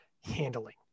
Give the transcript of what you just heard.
handling